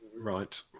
Right